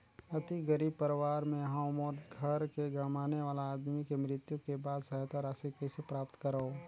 अति गरीब परवार ले हवं मोर घर के कमाने वाला आदमी के मृत्यु के बाद सहायता राशि कइसे प्राप्त करव?